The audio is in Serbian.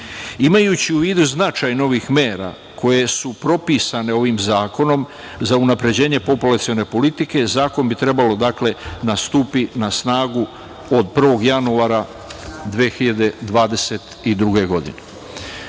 u vidu značaj novih mera koje su propisane ovim zakonom za unapređenje populacione politike, zakon bi trebalo da stupi na snagu od 1. januara 2022. godine. Hvala